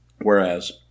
Whereas